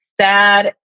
sad